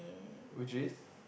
which is